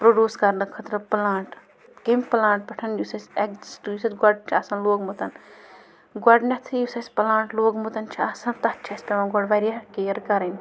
produce کَرنہٕ خٲطرٕ plant کیٚمۍ پٕلانٛٹ پٮ۪ٹھ یُس اَسہِ گۄڈٕ چھِ آسان لوگمُت گۄڈٕنٮ۪تھٕے یُس اَسہِ پٕلانٛٹ لوگمُت چھِ آسان تَتھ چھِ اَسہِ پٮ۪وان گۄڈٕ واریاہ کِیَر کَرٕنۍ